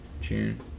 June